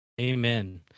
Amen